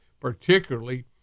particularly